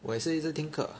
我也是一直听课